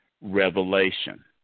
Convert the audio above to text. revelation